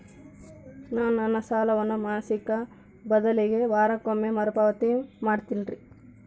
ನಾನು ನನ್ನ ಸಾಲವನ್ನು ಮಾಸಿಕ ಬದಲಿಗೆ ವಾರಕ್ಕೊಮ್ಮೆ ಮರುಪಾವತಿ ಮಾಡ್ತಿನ್ರಿ